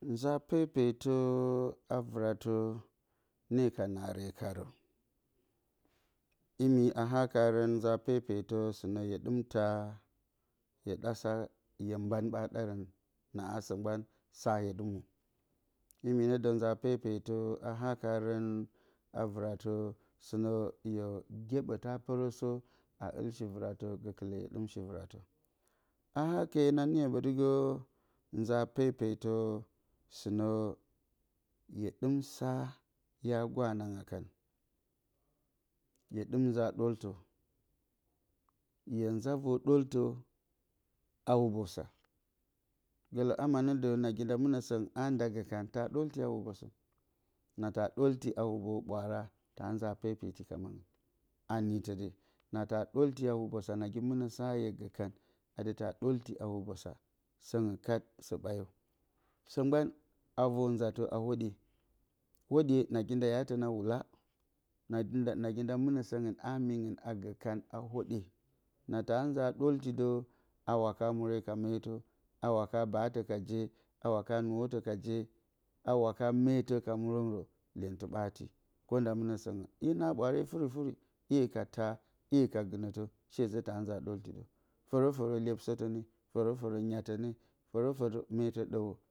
Nza pepetǝ a vɨratǝ, ne ka naare karǝ. Imi a hakarǝn nza pepetǝ sɨnǝn hye ɗɨm taa, hye ɗa sa hye mban ɓa ɗarǝn, naasǝ mgban sa hye dɨ mwo. Imi nǝ dǝ nza pepetǝ a hakarǝ, a vɨratǝ sɨnǝ hye gyeɓǝ ta pǝrǝsǝ a ɨl shi vɨratǝ. Gǝkɨlǝ hye ɗɨm shi vɨratǝ. a hake na niyo ɓǝtɨgǝ nza pepetǝ sɨnǝ, hye ɗɨm sa hya gwa nanga kan. hye ɗɨm nza doltǝ. hye nza vor doltǝ hubosa. Gǝlǝ ama nǝ dǝ nagi nda mɨnǝ sǝngɨn a nda gǝ kan, taa ɗolti a hubosǝn. Na taa ɗolti a hubo ɓwaara, taa nza pepeti kan. A niitɨ de. Na taa ɗolti a hubosa, nagi mɨnǝ sa hye gǝ kan, anda taa ɗoti a hubosa, sǝngɨn kat sǝ ɓayo. Sǝ mgban a vor nzatǝ a hwoɗye, hwoɗye nagi da ya tǝna wula, nagi nda mɨnǝ sǝngɨn a mingɨn a gǝ kan a hwoɗye, na taa nza ɗolti dǝ, a waka mure ka meetǝ, a waka baatǝ ka je, a waka nuwotǝ ka je, a waka meetǝ ka murǝngrǝ, lyentɨ ɓaati nda mɨnǝ sǝngɨn. Hɨn na ɓwaare furi-furi, 'ye ka taa, 'ye ka gɨnǝtǝ, sheezǝ taa nza ɗolti dǝ. Fǝrǝ-fǝrǝ lyepsǝtǝ ne, fǝrǝ-fǝrǝ nyatǝ ne. Fǝrǝ-fǝrǝ meetǝ ɗǝwǝ.